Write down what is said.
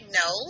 no